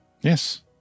Yes